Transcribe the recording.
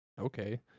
Okay